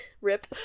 rip